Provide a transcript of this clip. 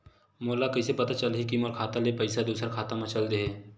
मोला कइसे पता चलही कि मोर खाता ले पईसा दूसरा खाता मा चल देहे?